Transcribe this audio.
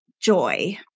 joy